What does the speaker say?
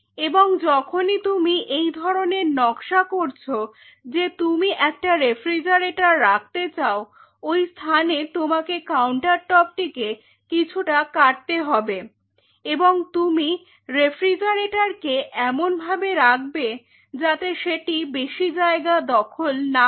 এবং যখনই তুমি এই ধরনের নকশা করছো যে তুমি একটা রেফ্রিজারেটর রাখতে চাও ওই স্থানে তোমাকে কাউন্টারটপটিকে কিছুটা কাটতে হবে এবং তুমি রেফ্রিজারেটরকে এমনভাবে রাখবে যাতে সেটি বেশি জায়গা দখল না করে